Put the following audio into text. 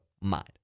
mind